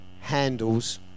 handles